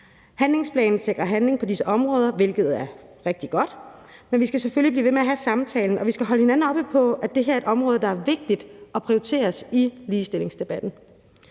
Handlingsplanen sikrer handling på disse områder, hvilket er rigtig godt, men vi skal selvfølgelig blive ved med at have samtalen, og vi skal holde hinanden op på, at det her er et område, der er vigtigt og prioriteres i ligestillingsdebatten.